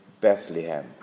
Bethlehem